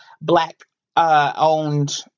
Black-owned